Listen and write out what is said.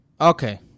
Okay